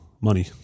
Money